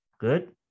Good